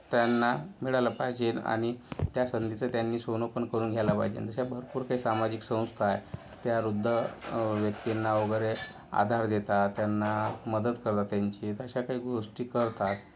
त्यांना मिळालं पाहिजेन आणि त्या संधीचं त्यांनी सोनं पण करून घ्यायला पाहिजेन तशा भरपूर काही सामाजिक संस्था आहे त्या वृद्ध व्यक्तींना वगैरे आधार देतात त्यांना मदत करतात त्यांची तर अशा काही गोष्टी करतात